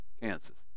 Kansas